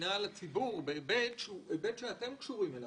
מגינה על הציבור בהיבט שאתם קשורים אליו